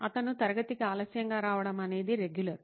అతను తరగతికి ఆలస్యంగా రావడం అనేది రెగ్యులర్